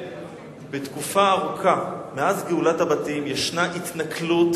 תקופה ארוכה, מאז גאולת הבתים, ישנה התנכלות